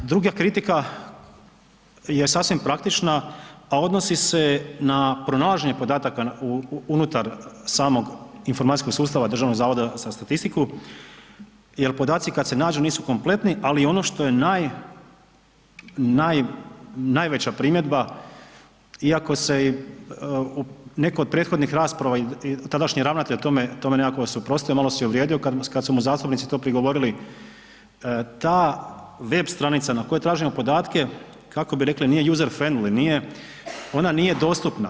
Druga kritika je sasvim praktična, a odnosi se na pronalaženje podataka unutar samog informacijskog sustava DZS-a jer podaci kad se nađu nisu kompletni, ali ono što je naj, naj, najveća primjedba, iako se i netko od prethodnih rasprava i tadašnji ravnatelj o tome nekako suprotstavio, malo se i uvrijedio kad su mu zastupnici to prigovorili, ta web stranica na kojoj tražimo podatke, kako bi rekli, nije user friendly, nije, ona nije dostupna.